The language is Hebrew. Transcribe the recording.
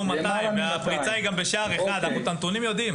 200. הפריצה היא גם בשער 1. אנחנו יודעים את הנתונים.